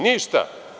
Ništa.